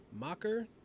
Mocker